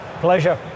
Pleasure